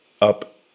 up